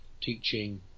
teaching